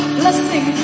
blessing